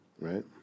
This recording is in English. right